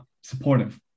supportive